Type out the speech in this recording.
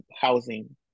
housing